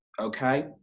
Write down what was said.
okay